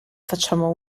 facciamo